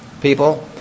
people